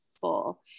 full